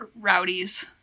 rowdies